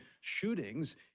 shootings